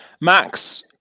Max